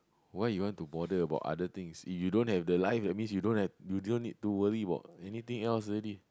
why you want to bother about other things if you don't have the life that means you don't have to worry about anything